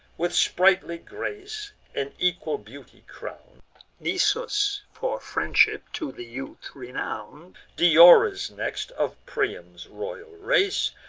with sprightly grace and equal beauty crown'd nisus, for friendship to the youth renown'd. diores next, of priam's royal race,